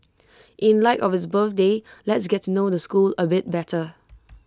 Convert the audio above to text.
in light of its birthday let's get to know the school A bit better